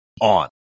on